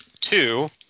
Two